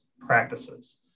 practices